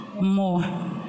more